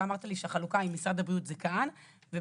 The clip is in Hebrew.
אתה אמרת לי שהחלוקה היא משרד הבריאות זה כאן והקבוצה